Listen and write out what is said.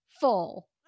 full